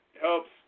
helps